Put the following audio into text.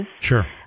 Sure